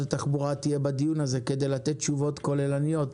התחבורה תהיה בדיון הזה כדי לענות תשובות כוללניות.